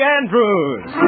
Andrews